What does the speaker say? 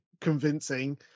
convincing